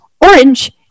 orange